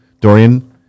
Dorian